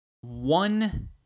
one